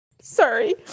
Sorry